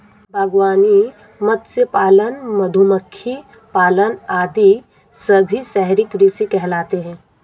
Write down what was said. बागवानी, मत्स्य पालन, मधुमक्खी पालन आदि सभी शहरी कृषि कहलाते हैं